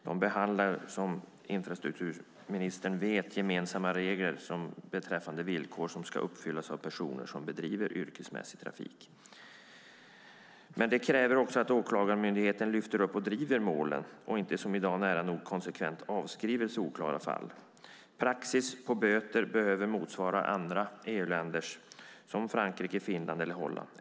De behandlar, som infrastrukturministern vet, gemensamma regler beträffande villkor som ska uppfyllas av personer som bedriver yrkesmässig trafik. Det kräver också att Åklagarmyndigheten lyfter upp och driver målen och inte som i dag nära nog konsekvent avskriver solklara fall. Praxis på böter behöver motsvara den i andra EU-länder som Frankrike, Finland eller Holland.